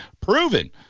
proven